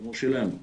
כמו שלנו ברשויות,